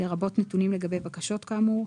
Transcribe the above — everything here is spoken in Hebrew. לרבות נתונים לגבי בקשות כאמור.